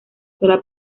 sola